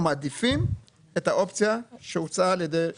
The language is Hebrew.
מעדיפים את האופציה שהוצעה על ידי הוועדה,